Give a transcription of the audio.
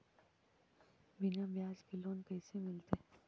बिना ब्याज के लोन कैसे मिलतै?